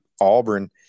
Auburn